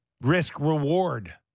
risk-reward